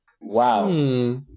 Wow